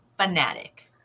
fanatic